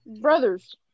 Brothers